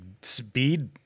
speed